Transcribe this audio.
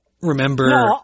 remember